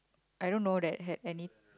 I don't know that had any